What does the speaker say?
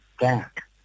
back